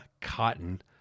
Cotton